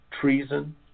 Treason